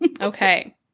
Okay